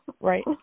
Right